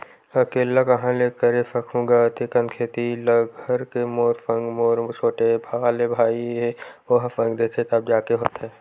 अकेल्ला काँहा ले करे सकहूं गा अते कन खेती ल घर के मोर संग मोर छोटे वाले भाई हे ओहा संग देथे तब जाके होथे